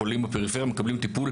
חולים בפריפריה מקבלים טיפול,